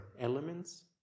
elements